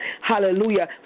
Hallelujah